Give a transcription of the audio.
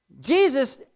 Jesus